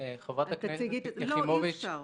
חברת הכנסת יחימוביץ.